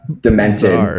demented